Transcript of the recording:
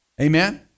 Amen